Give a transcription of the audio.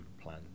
plan